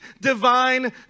divine